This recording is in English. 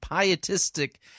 pietistic